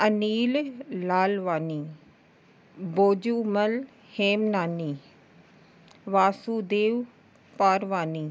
Anil Lalwani Bojumal Hemnani Vasudev Parwani